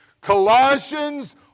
Colossians